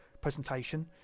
presentation